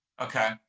Okay